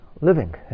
living